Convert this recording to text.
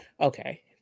Okay